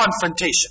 confrontation